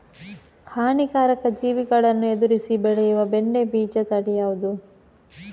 ಹಾನಿಕಾರಕ ಜೀವಿಗಳನ್ನು ಎದುರಿಸಿ ಬೆಳೆಯುವ ಬೆಂಡೆ ಬೀಜ ತಳಿ ಯಾವ್ದು?